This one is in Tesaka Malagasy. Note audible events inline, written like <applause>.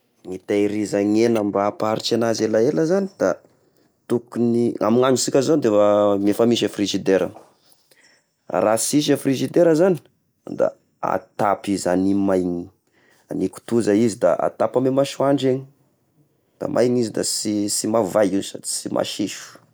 Ny hitahirizagn'ny hena mba hampaharitry agnazy <noise> elaela zagny da tokony amin'androsika zao defa efa misy ny frizidera, <noise> raha sisy frizidera zagny da atapy azy agny maigny, ny kitoza izy da atapy ame masoandro igny, da maigny izy da sy sy mahavay io sady sy masiso.